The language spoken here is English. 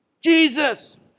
Jesus